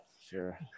sure